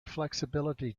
flexibility